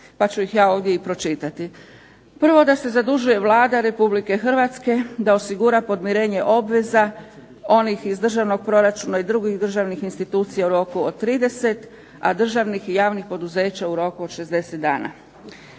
pa ću ih ja ovdje pročitati. Prvo, da se zadužuje Vlada Republike Hrvatske da osigura podmirenje obveza onih iz državnog proračuna i drugih državnih institucija u roku od 30, a državnih i javnih poduzeća u roku od 60 dana.